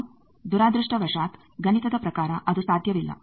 ಈಗ ದುರದೃಷ್ಟವಶಾತ್ ಗಣಿತದ ಪ್ರಕಾರ ಅದು ಸಾಧ್ಯವಿಲ್ಲ